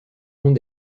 ont